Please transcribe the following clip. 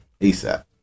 ASAP